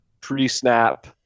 pre-snap